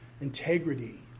integrity